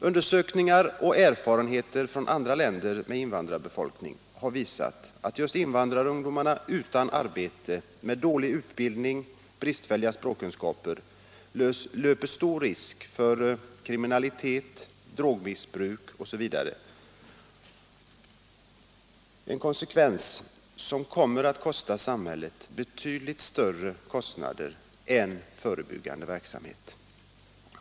Undersökningar och erfarenheter från andra länder med invandrarbefolkning har visat att just invandrarungdomar utan arbete, med dålig utbildning och bristfälliga språkkunskaper, löper stor risk att hamna i kriminalitet, drogmissbruk osv., vilket kommer att orsaka samhället betydligt större kostnader än förebyggande verksamhet.